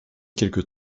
quelque